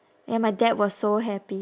and my dad was so happy